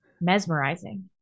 Mesmerizing